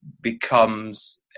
becomes